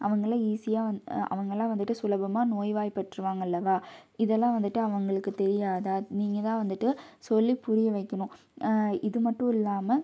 அவங்கெல்லாம் ஈஸியாக வந்து அவங்கெல்லாம் வந்துட்டு சுலபமாக நோய்வாய்பட்டுருவாங்க அல்லவா இதெல்லாம் வந்துட்டு அவங்களுக்கு தெரியாதா நீங்கள் தான் வந்துட்டு சொல்லி புரிய வைக்கணும் இது மட்டும் இல்லாமல்